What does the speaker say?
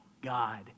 God